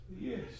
Yes